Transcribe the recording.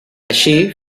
així